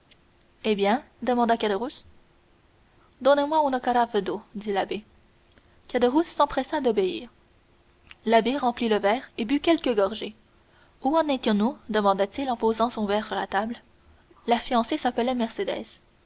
eh bien demanda caderousse donnez-moi une carafe d'eau dit l'abbé caderousse s'empressa d'obéir l'abbé remplit le verre et but quelques gorgées où en étions-nous demanda-t-il en posant son verre sur la table la fiancée s'appelait mercédès